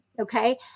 okay